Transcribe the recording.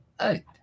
hey